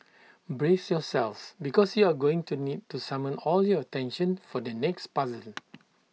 brace yourselves because you're going to need to summon all your attention for the next puzzle